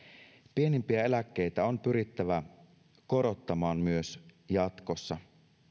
pienimpiä eläkkeitä on pyrittävä korottamaan myös jatkossa